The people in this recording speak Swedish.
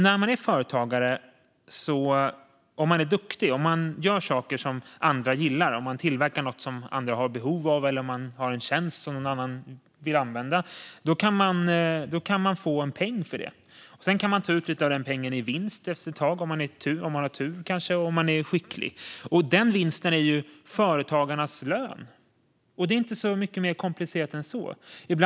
När man är företagare och om man är duktig och gör saker som andra gillar - man kanske tillverkar något som andra har behov av eller har en tjänst som någon annan vill använda - kan man få en peng för det. Efter ett tag kan man om man har tur och är skicklig ta ut lite av denna peng i vinst. Denna vinst är företagarnas lön. Det är inte mer komplicerat än så.